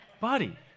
Buddy